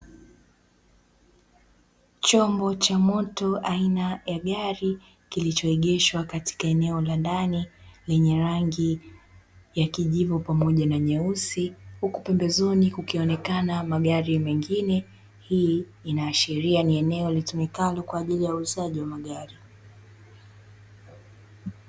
Chombo cha moto aina ya gari kilichoegeshwa eneo la ndani lenye rangi ya kijivu pamoja na nyeusi. Huku pembezoni kukionekana magari mengine, hii inaashiria kuwa ni eneo litumikalo kwa ajili ya uuzaji wa magari.